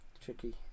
tricky